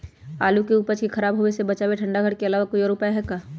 आलू के उपज के खराब होवे से बचाबे ठंडा घर के अलावा कोई और भी उपाय है का?